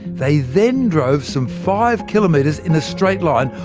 they then drove some five kilometres in a straight line,